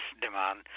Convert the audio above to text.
demand